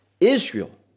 Israel